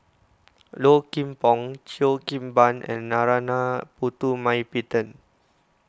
Low Kim Pong Cheo Kim Ban and Narana Putumaippittan